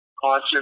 concert